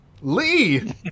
Lee